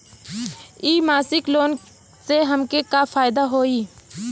इ मासिक लोन से हमके का फायदा होई?